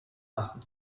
machen